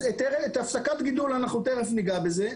הפסקת גידול, תיכף ניגע בזה.